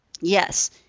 yes